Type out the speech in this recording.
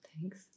Thanks